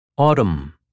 Autumn